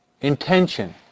intention